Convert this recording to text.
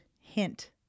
hint